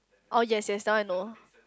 oh yes yes that one I know